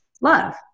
love